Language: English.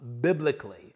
biblically